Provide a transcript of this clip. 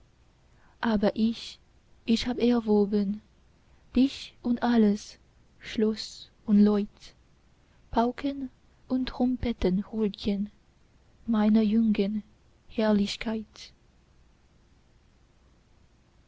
aber ich ich hab erworben dich und alles schloß und leut pauken und trompeten huldgen meiner jungen herrlichkeit